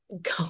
go